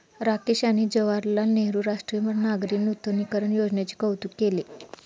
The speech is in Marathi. राकेश यांनी जवाहरलाल नेहरू राष्ट्रीय नागरी नूतनीकरण योजनेचे कौतुक केले